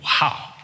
wow